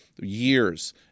years